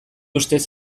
ustez